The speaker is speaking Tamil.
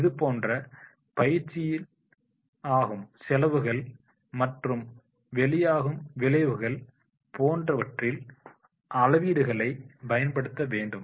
இதுபோன்ற பயிற்சிகளில் ஆகும் செலவுகள் மற்றும் வெளியாகும் விளைவுகள் போன்றவற்றில் அளவீடுகளை பயன்படுத்த வேண்டும்